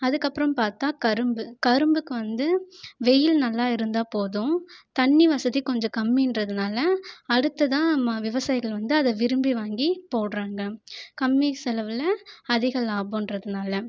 அதுக்கப்புறம் பார்த்தா கரும்பு கரும்புக்கு வந்து வெயில் நல்லா இருந்தால் போதும் தண்ணி வசதி கொஞ்சம் கம்மின்றதுனால அடுத்ததாக விவசாயிகள் வந்து அதை விரும்பி வாங்கி போடுகிறாங்க கம்மி செலவில் அதிகம் லாபம்ன்றதுனால